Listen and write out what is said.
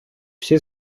всі